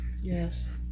Yes